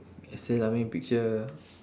sell ah ming picture